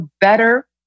better